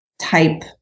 type